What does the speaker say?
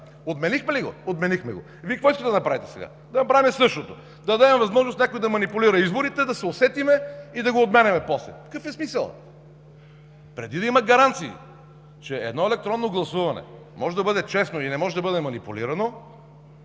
Отменихте ли го? Отменихме го. Вие какво искате да направим сега?! Да направим същото – да дадем възможност някой да манипулира изборите, да се усетим и после да го отменяме. Какъв е смисълът?! Преди да има гаранции, че едно електронно гласуване може да бъде честно и не може да бъде манипулирано,